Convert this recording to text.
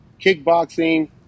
kickboxing